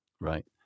right